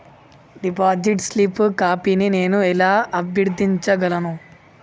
Deposit slip కాపీని నేను ఎలా అభ్యర్థించగలను?